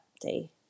day